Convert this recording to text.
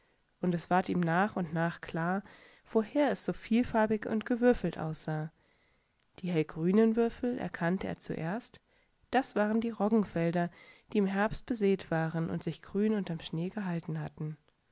und es ward ihm nach und nach klar woher es so vielfarbigundgewürfeltaussah diehellgrünenwürfelerkannteerzuerst das waren die roggenfelder die im herbst besät waren und sich grün unterm schnee gehalten hatten